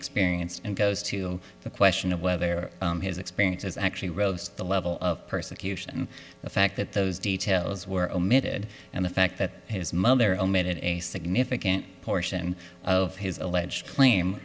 experienced and goes to the question of whether his experiences actually rose the level of persecution the fact that those details were omitted and the fact that his mother omitted a significant portion of his alleged claim